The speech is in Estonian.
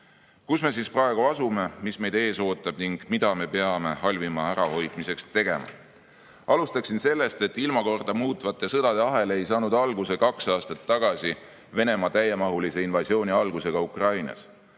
me siis praegu asume, mis meid ees ootab ning mida me peame halvima ärahoidmiseks tegema? Alustaksin sellest, et ilmakorda muutvate sõdade ahel ei saanud algust kaks aastat tagasi Venemaa täiemahulise invasiooni algusega Ukrainas.